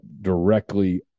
directly